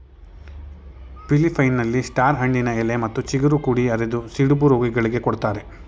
ಫಿಲಿಪ್ಪೈನ್ಸ್ನಲ್ಲಿ star ಹಣ್ಣಿನ ಎಲೆ ಮತ್ತು ಚಿಗುರು ಕುಡಿ ಅರೆದು ಸಿಡುಬು ರೋಗಿಗಳಿಗೆ ಕೊಡ್ತಾರೆ